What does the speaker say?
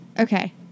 Okay